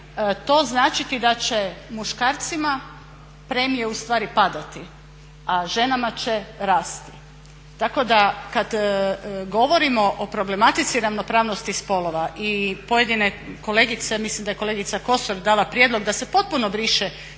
to značiti da će muškarcima premije ustvari padati a ženama će rasti. Tako da kada govorimo o problematici ravnopravnosti spolova. I pojedine kolegice, a mislim da je kolegica Kosor dala prijedlog da se potpuno briše